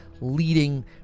leading